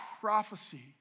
prophecy